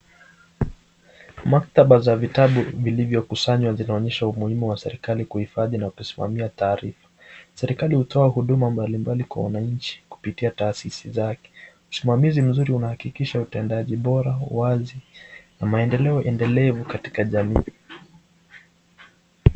Maktaba za vitabu vilivyo kusanywa zinaonesha umuhimu wa serekali kuhifadhi na kusimamia taharifa . Serekali hutoa huduma mbalimbali kwa wananchi kupitia tahasisis zake. Usimamizi mzuri unahakikisha utendaji bora , uwazi na maendeleo endelevu katika jamii.